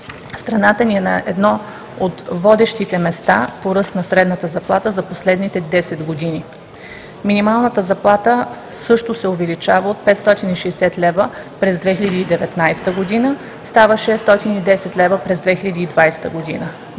Страната ни е на едно от водещите места по ръст на средната заплата за последните десет години. Минималната заплата също се увеличава – от 560 лв. през 2019 г. става 610 лв. през 2020 г.